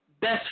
best